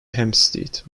hempstead